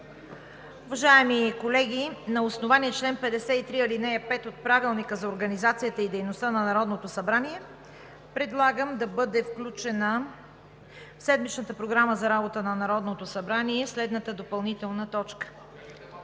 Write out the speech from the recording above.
Уважаеми колеги, на основание чл. 53, ал. 5 от Правилника за организацията и дейността на Народното събрание предлагам да бъде включена в седмичната Програма за работата на Народното събрание следната допълнителна точка: